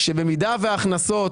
שבמידה שההכנסות